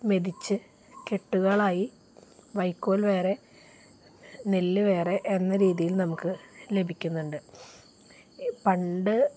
മെതിച്ച് കെട്ടുകളായി വൈക്കോൽ വേറെ നെല്ല് വേറെ എന്ന രീതിയിൽ നമുക്ക് ലഭിക്കുന്നുണ്ട് ഈ പണ്ട്